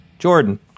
Jordan